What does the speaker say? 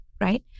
Right